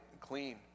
clean